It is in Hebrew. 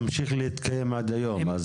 ממשיך להתקיים עד היום,